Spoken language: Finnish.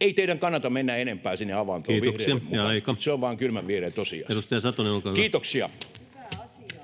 Ei teidän kannata mennä enempää sinne avantoon [Puhemies: Kiitoksia, aika!] vihreiden mukana. Se on vain kylmänviileä tosiasia. — Kiitoksia. [Speech